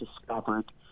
discovered